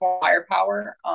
firepower